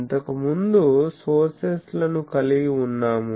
ఇంతకుముందు సోర్సెస్ లను కలిగి ఉన్నాము